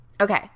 Okay